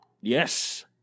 Yes